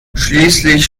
schließlich